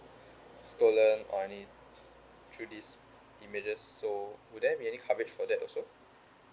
stolen or any through this images so will there be any coverage for that also